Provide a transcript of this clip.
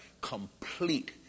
complete